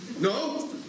No